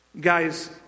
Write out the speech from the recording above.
Guys